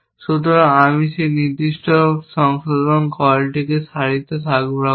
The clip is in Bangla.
সুতরাং আমি সেই নির্দিষ্ট সংশোধন কলটিকে সারিতে রাখব